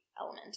element